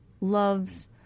loves